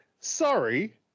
sorry